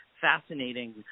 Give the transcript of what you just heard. fascinating